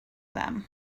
them